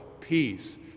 peace